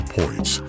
points